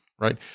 right